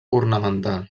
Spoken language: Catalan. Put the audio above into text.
ornamental